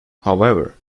however